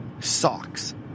socks